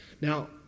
Now